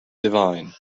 divine